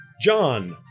John